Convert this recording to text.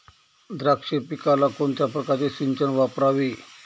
द्राक्ष पिकाला कोणत्या प्रकारचे सिंचन वापरावे?